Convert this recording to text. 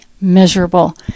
miserable